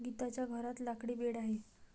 गीताच्या घरात लाकडी बेड आहे